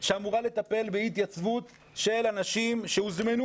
שאמורה לטפל באי התייצבות של אנשים שהוזמנו